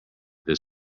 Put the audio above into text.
this